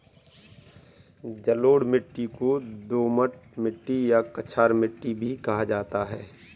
जलोढ़ मिट्टी को दोमट मिट्टी या कछार मिट्टी भी कहा जाता है